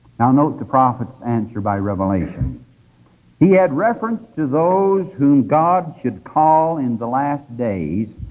and note the prophet's answer by revelation he had reference to those whom god should call in the last days,